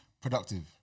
productive